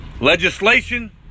legislation